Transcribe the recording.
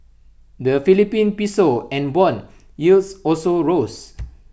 the Philippine Piso and Bond yields also rose